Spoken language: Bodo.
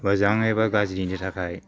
मोजां एबा गाज्रिनि थाखाय